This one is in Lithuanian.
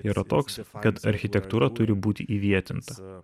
yra toks kad architektūra turi būti įvietinta